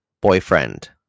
boyfriend